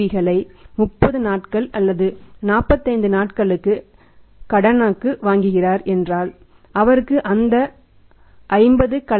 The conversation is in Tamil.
களை 30 நாட்கள் அல்லது 45 நாட்களுக்கு கடனுக்கு வாங்குகிறார் என்றால் அவருக்கு அந்த 50 கலர் T